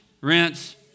rinse